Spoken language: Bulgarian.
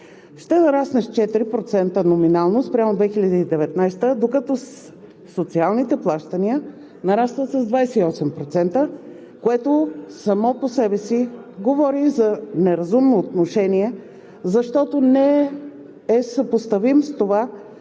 ще нарасне с 4% номинално спрямо 2019 г., докато социалните плащания нарастват с 28%, което само по себе си говори за неразумно отношение, защото не е съпоставим с това,